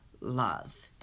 love